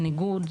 בניגוד